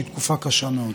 שהיא תקופה קשה מאוד.